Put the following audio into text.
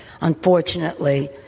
Unfortunately